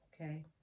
okay